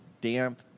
damp